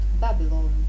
Babylon